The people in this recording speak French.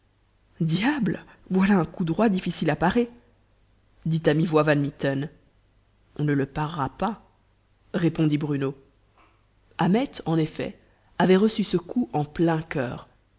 diable voilà un coup droit difficile à parer dit à mi-voix van mitten on ne le parera pas répondit bruno ahmet en effet avait reçu ce coup en plein coeur